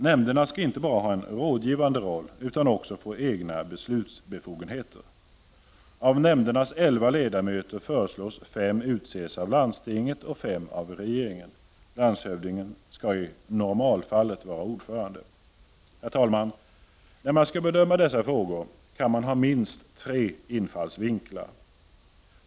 Nämnderna skall inte bara ha en rådgivande roll, utan också få egna beslutsbefogenheter. Av nämndernas elva ledamöter föreslås att fem skall utses av landstinget och fem av regeringen. Landshövdingen skall i normalfallet vara ordförande. Herr talman! När man skall bedöma dessa frågor kan man ha minst tre infallsvinklar.